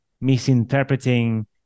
misinterpreting